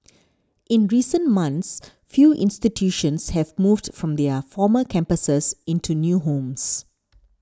in recent months few institutions have moved from their former campuses into new homes